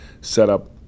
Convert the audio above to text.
setup